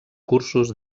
cursos